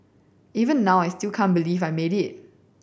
even now I still can't believe I made it